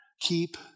Keep